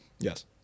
Yes